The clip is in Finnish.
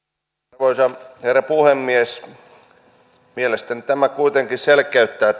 arvoisa herra puhemies mielestäni tämä kabotaasimääritelmä kuitenkin selkeyttää